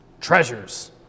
Treasures